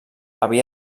havia